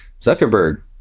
Zuckerberg